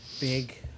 big